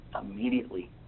immediately